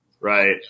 Right